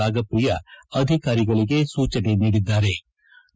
ರಾಗಪ್ರಿಯಾ ಅಧಿಕಾರಿಗಳಿಗೆ ಸೂಚನೆ ನೀಡಿದ್ಗಾರೆ